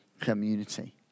community